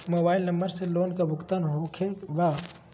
Mobile number से loan का भुगतान होखे बा?